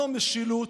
זו משילות.